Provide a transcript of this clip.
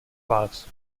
vás